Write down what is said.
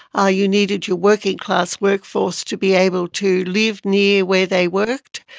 ah you needed your working class workforce to be able to live near where they worked,